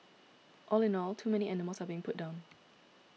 all in all too many animals are being put down